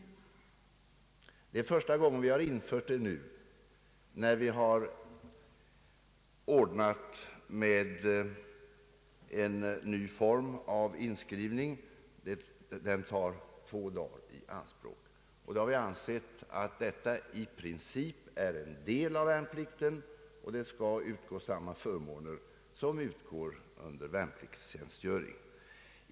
Det är först nu vi infört det, när vi har ordnat med en ny form av inskrivning, som tar två dagar i anspråk. Vi har ansett att detta i princip är en del av värnplikten och att samma förmåner skall utgå som under värnpliktstjänstgöring.